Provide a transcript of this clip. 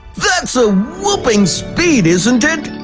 that's a whoooping speed, isn't it?